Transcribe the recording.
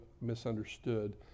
misunderstood